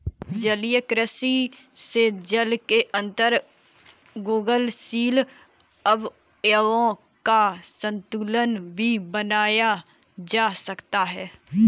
जलीय कृषि से जल के अंदर घुलनशील अवयवों का संतुलन भी बनाया जा सकता है